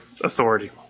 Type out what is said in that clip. authority